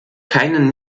keinen